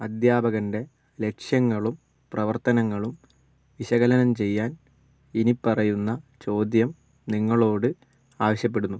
അധ്യാപകൻ്റെ ലക്ഷ്യങ്ങളും പ്രവർത്തനങ്ങളും വിശകലനം ചെയ്യാൻ ഇനിപ്പറയുന്ന ചോദ്യം നിങ്ങളോട് ആവശ്യപ്പെടുന്നു